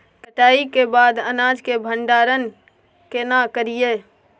कटाई के बाद अनाज के भंडारण केना करियै?